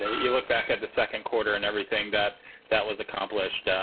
you look back at the second quarter and everything that that was accomplished.